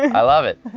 i love it.